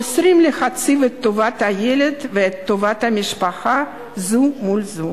אוסרים להציב את טובת הילד ואת טובת המשפחה זה מול זה.